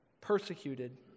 persecuted